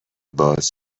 باز